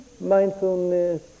mindfulness